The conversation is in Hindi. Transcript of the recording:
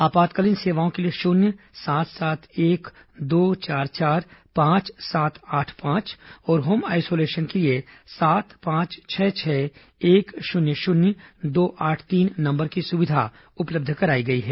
आपातकालीन सेवाओं के लिए शून्य सात सात एक दो चार चार पांच सात आठ पांच और होम आइसोलेशन के लिए सात पांच छह छह एक शून्य शून्य दो आठ तीन नंबर की सुविधा उपलब्ध कराई गई है